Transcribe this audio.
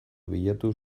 bilatu